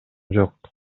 жок